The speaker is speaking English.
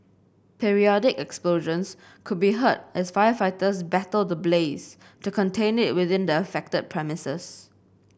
periodic explosions could be heard as firefighters battle the blaze to contain it within the affected premises